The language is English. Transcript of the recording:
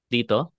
Dito